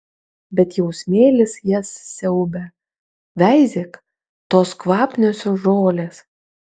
bet jau smėlis jas siaubia veizėk tos kvapniosios žolės